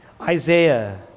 isaiah